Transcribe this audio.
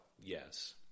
yes